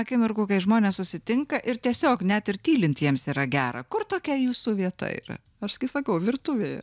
akimirkų kai žmonės susitinka ir tiesiog net ir tylint jiems yra gera kur tokia jūsų vieta yra aš kai sakau virtuvėje